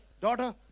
daughter